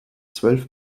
zwölf